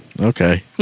Okay